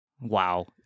Wow